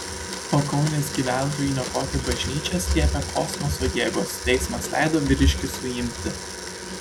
pakaunės gyventojui niokoti bažnyčias liepė kosmoso jėgos teismas leido vyriškį suimti